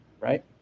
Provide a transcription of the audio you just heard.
right